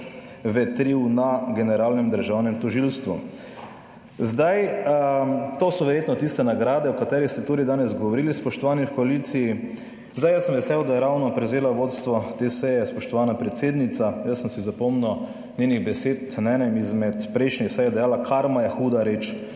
vetril na generalnem državnem tožilstvu. Zdaj, to so verjetno tiste nagrade, o katerih ste tudi danes govorili, spoštovani v koaliciji. Zdaj jaz sem vesel, da je ravno prevzela vodstvo te seje spoštovana predsednica. Jaz sem si zapomnil njenih besed na enem izmed prejšnjih sej, je dejala: "Karma je huda reč."